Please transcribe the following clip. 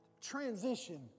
transition